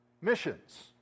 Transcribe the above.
Missions